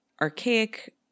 archaic –